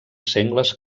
sengles